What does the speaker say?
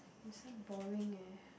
this one boring eh